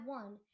one